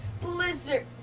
blizzard